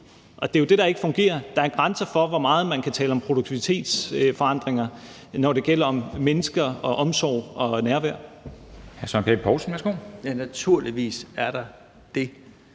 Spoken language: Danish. og det er jo det, der ikke fungerer. Der er grænser for, hvor meget man kan tale om produktivitetsforandringer, når det gælder mennesker og omsorg og nærvær.